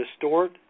distort